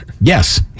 Yes